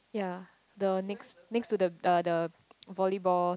ya the next next to the uh the volleyball